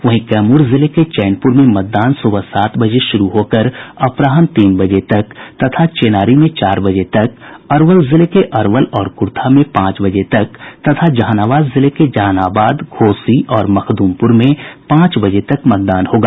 वहीं कैमूर जिले के चैनपुर में मतदान सुबह सात बजे शुरू होकर अपराह्न तीन बजे तक तथा चेनारी में चार बजे तक अरवल जिले के अरवल और क्र्था में पांच बजे तक तथा जहानाबाद जिले के जहानाबाद घोसी और मुखदुमपुर में पांच बजे तक मतदान होगा